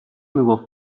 میگفت